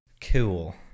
cool